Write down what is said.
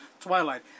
Twilight